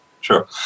Sure